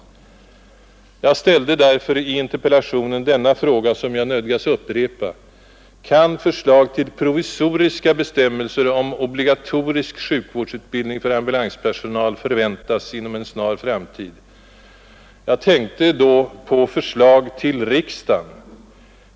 Jag ställde därför i interpellationen denna fråga, som jag här nödgas upprepa: Kan förslag till provisoriska bestämmelser om obligatorisk sjukvårdsutbildning för ambulanspersonal förväntas inom en snar framtid? Jag tänkte då på förslag till riksdagen.